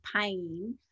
pain